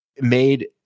made